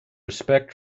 respect